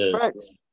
facts